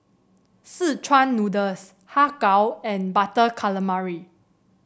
Szechuan Noodles Har Kow and Butter Calamari